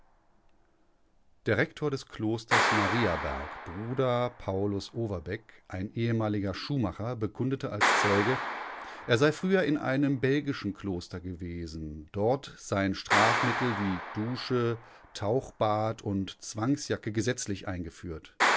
der rektor des klosters mariaberg bruder paulus overbeck ein ehemaliger schuhmacher bekundete als zeuge er sei früher in einem belgischen kloster gewesen dort seien strafmittel wie dusche tauchbad und zwangsjacke gesetzlich eingeführt